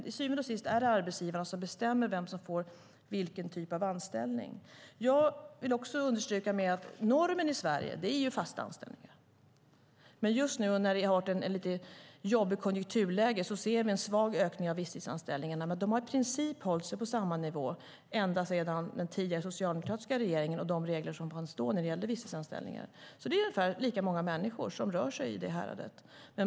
Till syvende och sist är det arbetsgivaren som bestämmer vilken typ av anställning man får. Jag vill understryka att normen i Sverige är fast anställning. Nu när vi har ett lite jobbigt konjunkturläge ser vi en svag ökning av visstidsanställningarna, men de har i princip hållit sig på samma nivå ända sedan den tidigare socialdemokratiska regeringens tid och de regler som då fanns för visstidsanställningar. Det är alltså ungefär lika många människor som rör sig i det häradet.